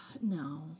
No